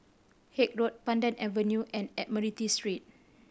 Haig Road Pandan Avenue and Admiralty Street